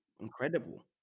Incredible